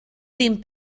ddim